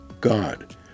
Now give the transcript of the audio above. God